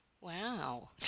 Wow